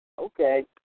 Okay